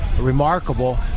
remarkable